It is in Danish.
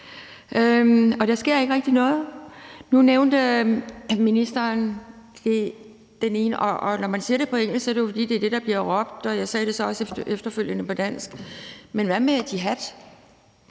og der sker ikke rigtig noget. Nu nævnte ministeren den ene ting – og når man siger det på engelsk, er det jo, fordi det er det, der bliver råbt, og jeg sagde det så også efterfølgende på dansk. Men hvad med jihad?